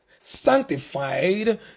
sanctified